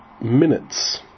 minutes